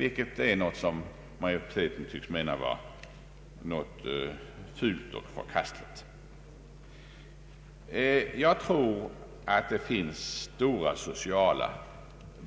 Jag tror att det trots utbyggnaden av det statliga försäkringsskyddet finns